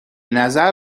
نظر